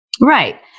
Right